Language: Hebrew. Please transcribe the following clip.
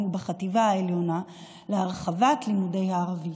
ובחטיבה העליונה להרחבת לימודי הערבית.